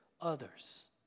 others